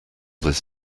this